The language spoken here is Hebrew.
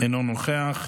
אינו נוכח.